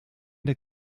der